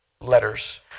letters